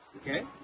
okay